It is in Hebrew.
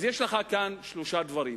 יש לך כאן שלושה דברים: